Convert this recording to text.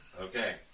Okay